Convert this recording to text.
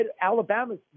alabama's